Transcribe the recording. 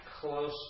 close